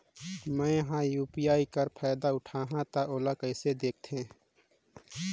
मैं ह यू.पी.आई कर फायदा उठाहा ता ओला कइसे दखथे?